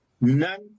none